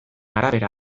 arabera